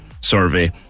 survey